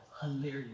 Hilarious